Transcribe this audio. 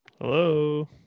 hello